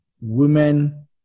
women